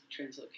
translocation